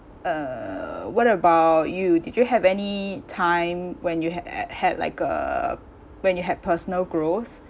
uh what about you did you have any time when you ha uh had like uh when you had personal growth